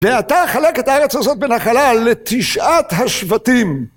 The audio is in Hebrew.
ואתה חלק את ארץ הזאת בין החלל לתשעת השבטים!